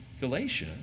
Galatia